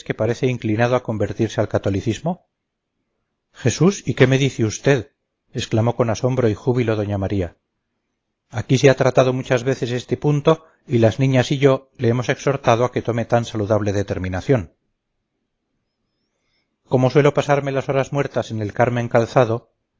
parece inclinado a convertirse al catolicismo jesús y qué me dice usted exclamó con asombro y júbilo doña maría aquí se ha tratado algunas veces este punto y las niñas y yo le hemos exhortado a que tome tan saludable determinación como suelo pasarme las horas muertas en el carmen calzado